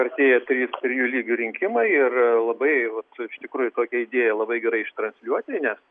artėja trys trijų lygių rinkimai ir labai vat ištikrųjų tokią idėją labai gerai ištransliuoti nes